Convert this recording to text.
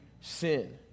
sin